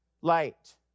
light